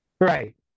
Right